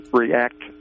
react